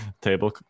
table